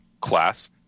class